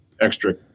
extra